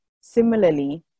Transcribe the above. Similarly